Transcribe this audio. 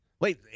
Wait